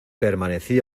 permanecí